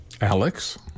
Alex